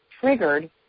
triggered